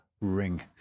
ring